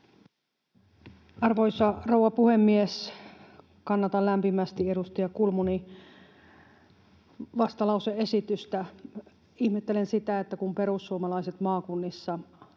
Arvoisa rouva puhemies! Kannatan lämpimästi edustaja Kulmunin vastalause-esitystä. Ihmettelen sitä, että kun perussuomalaiset maakunnissa